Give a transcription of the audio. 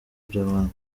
by’abandi